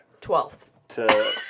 Twelfth